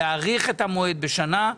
להאריך את המועד בשנה,